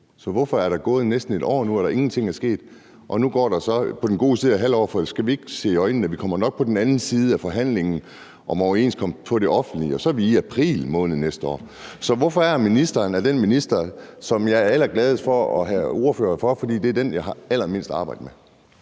så hvorfor er der gået næsten et år nu, hvor der ingenting er sket? Nu går der så på den gode side af et halvt år. Skal vi ikke se i øjnene, at vi nok kommer på den anden side af forhandlingen om overenskomsten på det offentlige, og så er vi i april måned næste år? Så hvorfor er det, at ministeren er den minister, hvis ressortområde jeg er allergladest for at have ordførerskabet for? Det er det, fordi det er det, jeg har allermindst arbejde med.